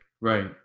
right